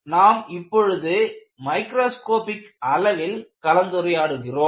நாம் இப்பொழுது மைக்ரோஸ்கோப்பிக் அளவில் கலந்துரையாடுகிறோம்